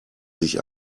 sich